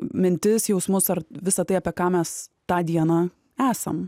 mintis jausmus ar visa tai apie ką mes tą dieną esam